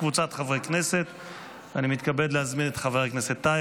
בוועדת העבודה והרווחה לצורך הכנתה לקריאה